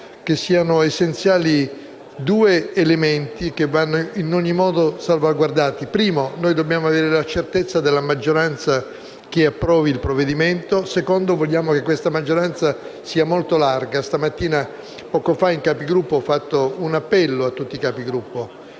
riteniamo essenziali due elementi che vanno in ogni modo salvaguardati: anzitutto, dobbiamo avere la certezza di una maggioranza che approvi il provvedimento; dopodiché, vogliamo che questa maggioranza sia molto ampia. Poco fa in Conferenza dei Capigruppo ho fatto un appello a tutti i Capigruppo